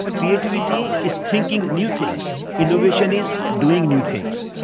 creativity is thinking new things. innovation is doing new things.